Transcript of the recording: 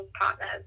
partners